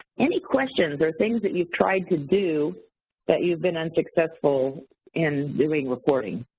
any questions or things that you've tried to do that you've been unsuccessful in doing reporting?